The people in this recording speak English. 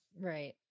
Right